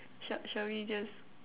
shall shall we just